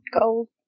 gold